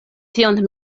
tion